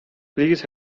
please